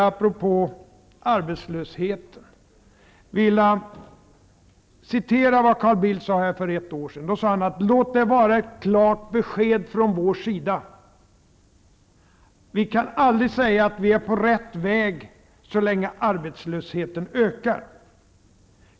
Apropå arbetslösheten skulle jag vilja citera vad Carl Bildt sade för ett år sedan: ''Låt det vara ett klart besked från vår sida. Vi kan aldrig säga att vi är på rätt väg så länge arbetslösheten ökar.''